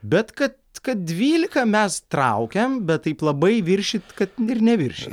bet kad kad dvylika mes traukiam bet taip labai viršyt kad ir neviršija